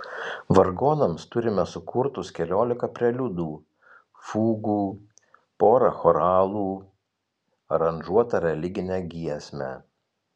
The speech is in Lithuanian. vargonams turime sukurtus keliolika preliudų fugų porą choralų aranžuotą religinę giesmę